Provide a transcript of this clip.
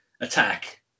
attack